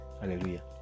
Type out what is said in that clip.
Hallelujah